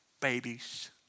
babies